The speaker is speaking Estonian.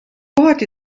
kohati